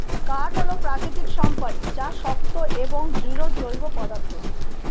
কাঠ হল প্রাকৃতিক সম্পদ যা শক্ত এবং দৃঢ় জৈব পদার্থ